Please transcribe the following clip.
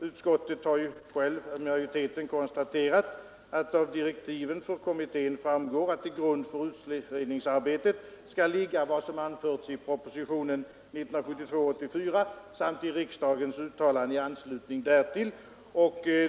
Utskottsmajoriteten har ju själv konstaterat att av direktiven för kommittén framgår att till grund för utredningsarbetet skall ligga vad som anförts i propositionen 1972:84 samt riksdagens uttalande i anslutning därtill.